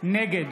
נגד